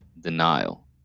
denial